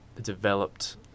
developed